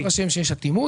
אני לא מתרשם שיש אטימות.